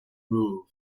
move